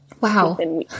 Wow